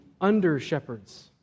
under-shepherds